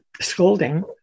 scolding